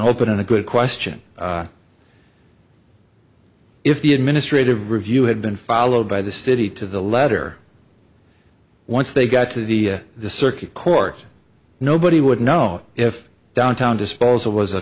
hope in a good question if the administrative review had been followed by the city to the letter once they got to the circuit court nobody would know if downtown disposal was a